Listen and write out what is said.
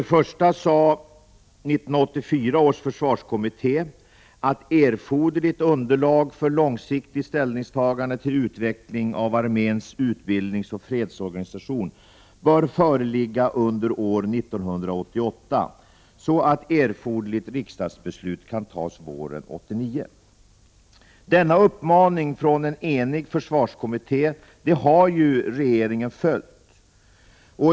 1984 års försvarskommitté sade att erforderligt underlag för långsiktigt ställningstagande till utvecklingen av arméns utbildningsoch fredsorganisation bör föreligga under år 1988, så att erforderligt riksdagsbeslut kan tas våren 1989. Denna uppmaning från en enig försvarskommitté har regeringen följt.